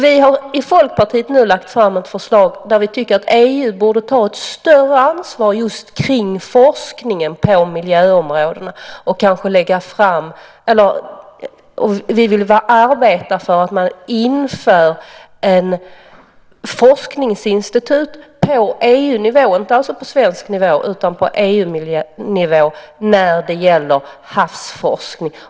Vi har i Folkpartiet nu lagt fram ett förslag där vi tycker att EU borde ta ett större ansvar för forskningen på miljöområdet. Vi vill arbeta för att man inrättar ett forskningsinstitut på EU-nivå för havsforskning. Det ska alltså vara på EU-nivå och inte på svensk nivå.